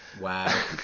Wow